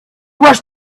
rush